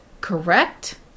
correct